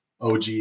OG